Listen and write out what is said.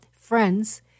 friends